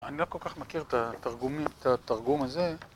אני לא כל כך מכיר את התרגום הזה.